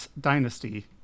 dynasty